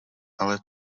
ale